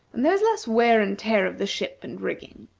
and there is less wear and tear of the ship and rigging.